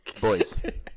Boys